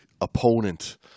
opponent